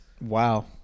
wow